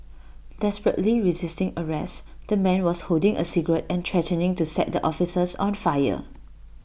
desperately resisting arrest the man was holding A cigarette and threatening to set the officers on fire